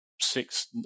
six